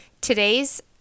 Today's